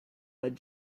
that